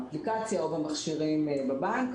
באפליקציה או במכשירים בבנק.